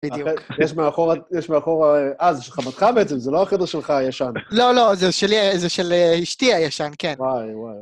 בדיוק. יש מאחור, יש מאחור, אה, זה של חמתך בעצם, זה לא החדר שלך הישן. לא, לא, זה שלי, זה של אשתי הישן, כן. וואי, וואי.